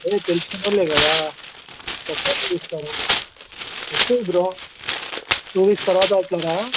అదే తెలిసినవాళ్ళే కదా క్రొత్తవే ఇస్తాము క్రొత్తవి బ్రో టు వీక్స్ తరువాత ఓకేనా